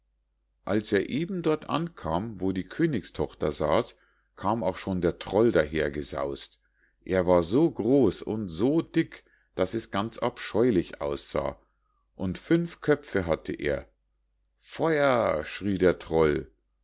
als er eben dort ankam wo die königstochter saß kam auch schon der troll dahergesaus't er war so groß und so dick daß es ganz abscheulich aussah und fünf köpfe hatte er feuer schrie der troll